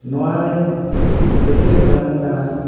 ᱱᱚᱣᱟᱨᱮ ᱥᱮᱪᱮᱫ ᱧᱟᱢᱚᱜ ᱠᱟᱱᱟ